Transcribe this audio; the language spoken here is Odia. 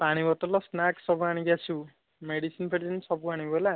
ପାଣି ବୋତଲ ସ୍ନାକ୍ସ୍ ସବୁ ଆଣିକି ଆସିବୁ ମେଡ଼ିସିନ୍ ଫେଡ଼ିସିନ୍ ସବୁ ଆଣିବୁ ହେଲା